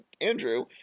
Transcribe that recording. Andrew